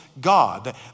God